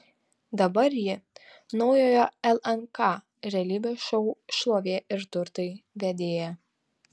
dabar ji naujojo lnk realybės šou šlovė ir turtai vedėja